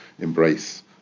embrace